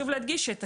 את הטיפות,